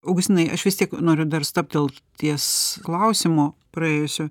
augustinai aš vis tiek noriu dar stabtelt ties klausimu praėjusiu